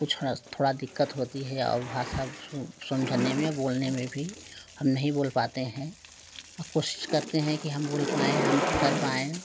कुछ थोड़ा दिक्कत होती है और भाषा सुन समझने में बोलने में भी हम नहीं बोल पाते हैं कोशिश करते हैं कि हम बोल पाए हम भी कर पाएं